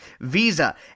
Visa